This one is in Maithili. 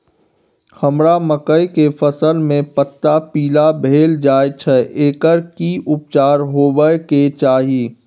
हमरा मकई के फसल में पता पीला भेल जाय छै एकर की उपचार होबय के चाही?